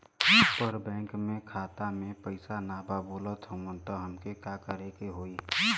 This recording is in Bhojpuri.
पर बैंक मे खाता मे पयीसा ना बा बोलत हउँव तब हमके का करे के होहीं?